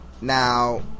now